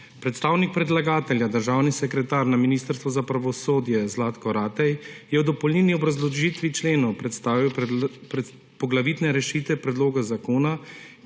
Predstavnik predlagatelja državni sekretar na Ministrstvu za pravosodje Zlatko Ratej je v dopolnilni obrazložitvi členov predstavil poglavitne rešitve predloga zakona,